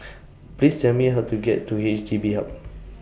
Please Tell Me How to get to H D B Hub